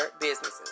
businesses